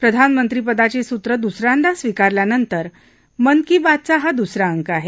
प्रधानमंत्री पदाची सूत्रं दुसऱ्यांदा स्वीकारल्यानंतर मन की बात चा हा दुसरा अंक आहे